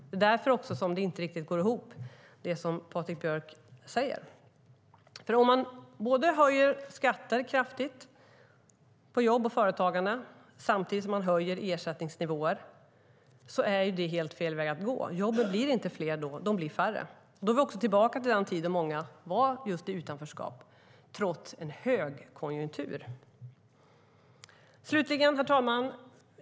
Det är också därför det som Patrik Björck säger inte riktigt går ihop. Att kraftigt höja skatter på jobb och företagande samtidigt som man höjer ersättningsnivåer är helt fel väg att gå. Jobben blir inte fler då; de blir färre. Då är vi också tillbaka i den tid då många var i utanförskap - trots högkonjunktur. Herr talman!